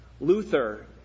Luther